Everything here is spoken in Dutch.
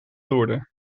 loerde